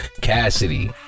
Cassidy